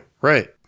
Right